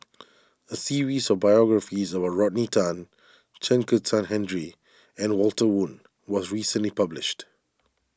a series of biographies about Rodney Tan Chen Kezhan Henri and Walter Woon was recently published